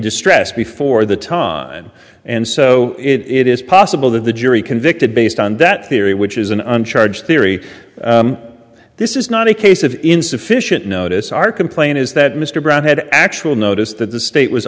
distress before the time and so it is possible that the jury convicted based on that theory which is an un charge theory this is not a case of insufficient notice our complaint is that mr brown had actual notice that the state was